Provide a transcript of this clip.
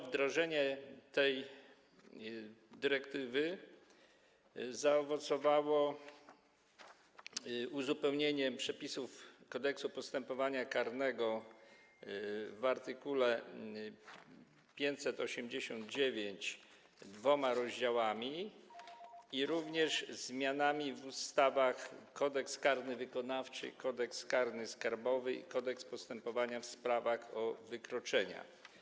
Wdrożenie tej dyrektywy zaowocowało uzupełnieniem przepisów Kodeksu postępowania karnego - chodzi o art. 589 - o dwa rozdziały, jak również zmianami w ustawach Kodeks karny wykonawczy, Kodeks karny skarbowy i Kodeks postępowania w sprawach o wykroczenia.